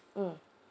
mm